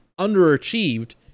underachieved